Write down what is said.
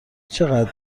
چقدر